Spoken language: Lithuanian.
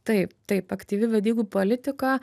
taip taip aktyvi vedybų politika